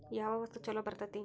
ಯಾವ ವಸ್ತು ಛಲೋ ಬರ್ತೇತಿ?